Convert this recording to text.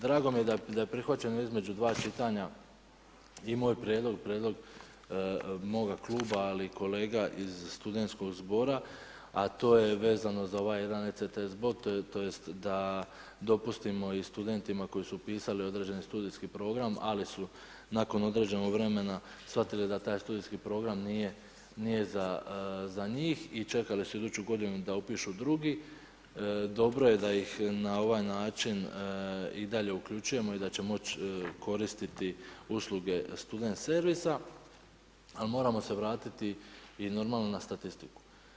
Drago mi je da prihvaćeno između dva čitanja i moj prijedlog, prijedlog moga kluba ali i kolega iz Studentskog zbora a to je vezano za ovaj jedan ECTS bod, tj. da dopustimo i studentima koji su upisali određeni studijski program ali su nakon određenog vremena shvatili da taj studijski program nije za njih i čekali su iduću godinu da upišu drugi, dobro da ih na ovaj način i dalje uključujemo i da će moći koristiti usluge Student servisa ali moramo se vratiti i normalno na statistiku.